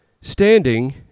standing